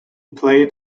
played